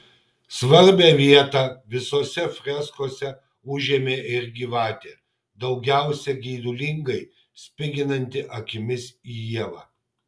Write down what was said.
svarbią vietą visose freskose užėmė ir gyvatė daugiausiai geidulingai spiginanti akimis į ievą